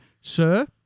sir